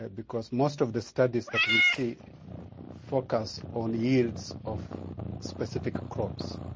ah because most of the studies that we see focus on the yields of specific crops,